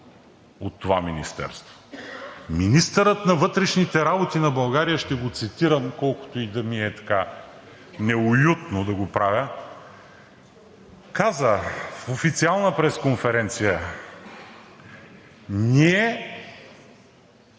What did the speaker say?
от това министерство. Министърът на вътрешните работи на България – ще го цитирам, колкото и да ми е неуютно да го правя, каза в официална пресконференция: „Ние